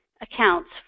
accounts